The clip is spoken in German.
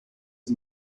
die